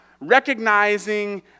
recognizing